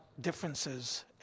differences